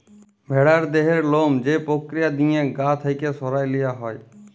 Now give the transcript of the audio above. ভেড়ার দেহের লম যে পক্রিয়া দিঁয়ে গা থ্যাইকে সরাঁয় লিয়া হ্যয়